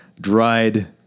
dried